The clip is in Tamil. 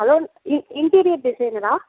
hello interior டிசைனரா